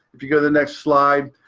if you go to the next slide,